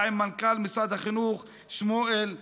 עם מנכ"ל משרד החינוך שמואל אבואב.